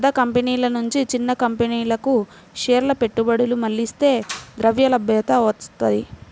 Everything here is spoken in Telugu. పెద్ద కంపెనీల నుంచి చిన్న కంపెనీలకు షేర్ల పెట్టుబడులు మళ్లిస్తే ద్రవ్యలభ్యత వత్తది